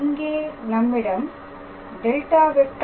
இங்கே நம்மிடம் ∇⃗⃗ fP